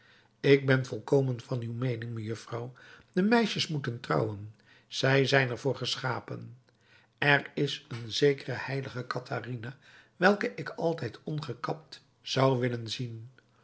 ik ben volkomen van uw meening mejuffer de meisjes moeten trouwen zij zijn er voor geschapen er is een zekere heilige katharina welke ik altijd ongekapt zou willen zien